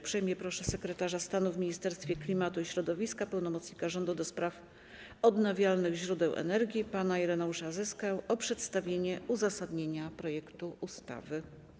Uprzejmie proszę sekretarza stanu w Ministerstwie Klimatu i Środowiska, pełnomocnika rządu do spraw odnawialnych źródeł energii pana Ireneusza Zyskę o przedstawienie uzasadnienia projektu ustawy.